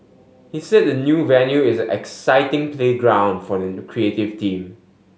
he said the new venue is an exciting playground for the creative team